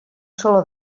saló